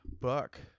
Buck